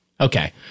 Okay